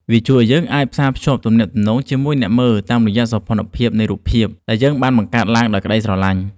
វាជួយឱ្យយើងអាចផ្សារភ្ជាប់ទំនាក់ទំនងជាមួយអ្នកមើលតាមរយៈសោភ័ណភាពនៃរូបភាពដែលយើងបានបង្កើតឡើងដោយក្តីស្រឡាញ់។